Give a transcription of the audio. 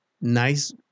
nice